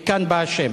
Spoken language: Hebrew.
מכאן בא השם.